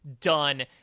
done